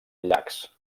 llacs